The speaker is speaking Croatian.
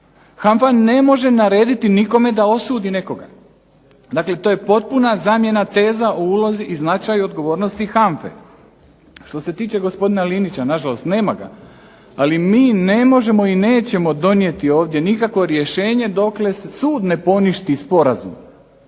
HANFA ne može narediti nikome da osudi nekoga. Dakle, to je potpuna zamjena teza u ulozi i odgovornosti HANFA-e. Što se tiče gospodina LInića, na žalost nema ga ali mi ne možemo i nećemo donijeti ovdje nikakvo rješenje dokle sud ne poništi sporazum.